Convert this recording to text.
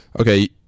okay